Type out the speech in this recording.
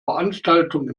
veranstaltung